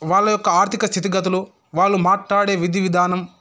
వాళ్ళ యొక్క ఆర్థిక స్థితిగతులు వాళ్ళు మాట్లాడే విధి విధానం